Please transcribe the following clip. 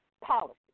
policy